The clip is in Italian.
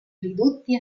ridotti